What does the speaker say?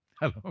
Hello